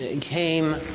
came